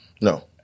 No